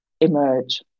emerge